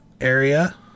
area